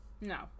No